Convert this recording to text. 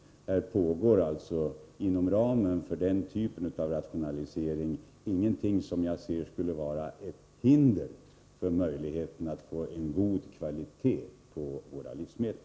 Här pågår alltså, inom ramen för den typen av rationalisering, ingenting som jag anser skulle utgöra ett hinder för möjligheten att få god kvalitet på våra livsmedel.